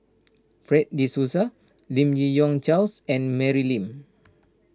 Fred De Souza Lim Yi Yong Charles and Mary Lim